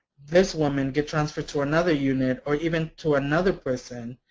this woman get transferred to another unit or even to another prison,